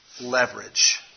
leverage